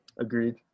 Agreed